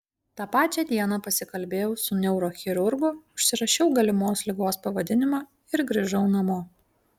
tą pačią dieną pasikalbėjau su neurochirurgu užsirašiau galimos ligos pavadinimą ir grįžau namo